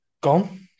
gone